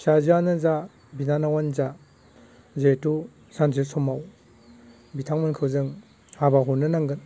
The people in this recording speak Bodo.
फिसाजोआनो जा बिनानावआनो जा जिहेतु सानसे समाव बिथांमोनखौ जों हाबा हरनो नांगोन